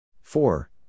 Four